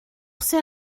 ces